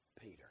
Peter